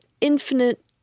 infinite